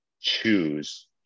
choose